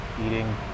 eating